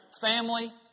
family